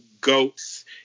goats